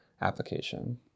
application